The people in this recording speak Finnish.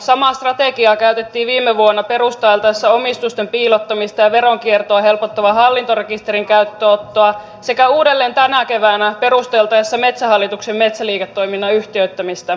samaa strategiaa käytettiin viime vuonna perusteltaessa omistusten piilottamista ja veronkiertoa helpottavaa hallintorekisterin käyttöönottoa sekä uudelleen tänä keväänä perusteltaessa metsähallituksen metsäliiketoiminnan yhtiöittämistä